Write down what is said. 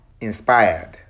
inspired